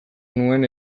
nuen